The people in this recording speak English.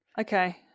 Okay